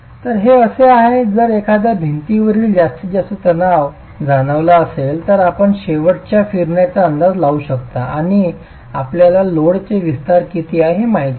तर हे असे आहे जर एखाद्या भिंतीवरील जास्तीत जास्त ताण जाणवला असेल तर आपण शेवटच्या फिरण्यांचा अंदाज लावू शकता आणि आपल्याला लोडचे विस्तार किती आहे हे माहित असेल